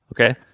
Okay